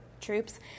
troops